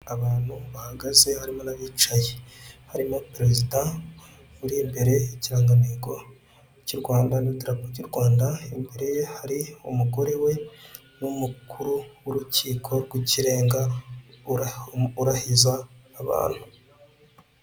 Abantu bahagaze harimo n'abicaye, harimo perezida uri imbere y'ikigantego cy'u Rwanda n'idarapo ry'u Rwanda, imbere ye hari umugore we n'umukuru w'urukiko rw'ikirenga urahiza abantu.